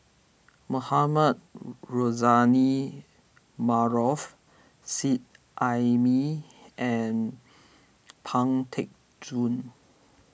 Mohamed Rozani Maarof Seet Ai Mee and Pang Teck Joon